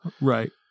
Right